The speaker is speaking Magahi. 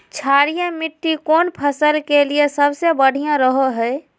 क्षारीय मिट्टी कौन फसल के लिए सबसे बढ़िया रहो हय?